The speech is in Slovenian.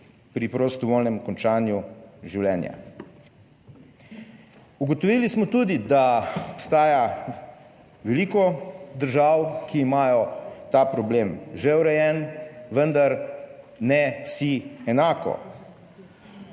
pri prostovoljnem končanju življenja. Ugotovili smo tudi, da obstaja veliko držav, ki imajo ta problem že urejen, vendar ne vsi enako.